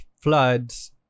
floods